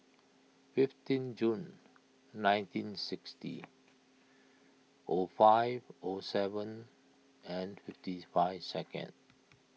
fifteen June nineteen sixty O five O seven and fifty's five second